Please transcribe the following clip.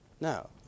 No